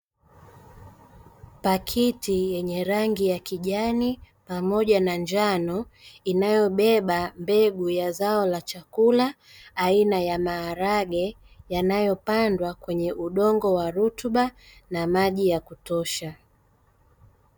Pakiti yenye rangi ya kijani pamoja na njano inayobeba mbegu ya zao la chakula aina ya maharage, yanayopandwa kwenye udongo wa rutuba na maji ya kutosha.